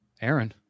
Aaron